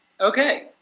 Okay